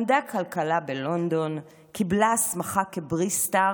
למדה כלכלה בלונדון, קיבלה הסמכה כבריסטר,